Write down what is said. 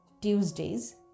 Tuesdays